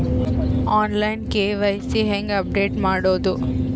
On line KYC ಹೇಂಗ update ಮಾಡೋದು?